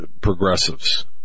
progressives